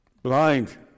Blind